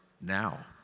now